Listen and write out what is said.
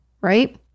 Right